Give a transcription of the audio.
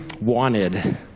wanted